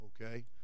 Okay